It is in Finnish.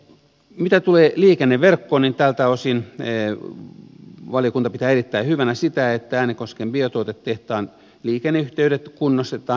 mitä tulee liikenneverkkoon niin tältä osin valiokunta pitää erittäin hyvänä sitä että äänekosken biotuotetehtaan liikenneyhteydet kunnostetaan